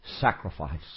sacrifice